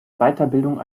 weiterbildung